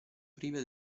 prive